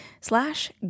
slash